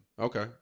Okay